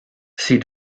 see